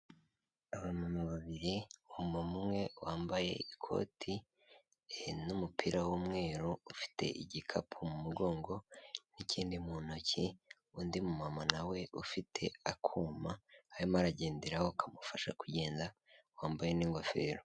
Abamama babiri umumama umwe wambaye ikoti n'umupira w'umweru ufite igikapu mu mugongo n'ikindi mu ntoki undi mumama nawe ufite akuma arimo aragenderaho kamufasha kugenda wambaye n'ingofero.